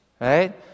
right